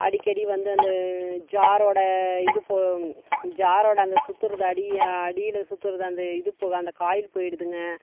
அடிக்கடி வந்து அந்த ஜாரோட இது போ ஜாரோட அந்த சுற்றுறது அடியை அடியில் சுற்றுறது அந்த இது போ அந்த காயில் போயிடுதுங்க